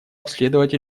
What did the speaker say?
обследовать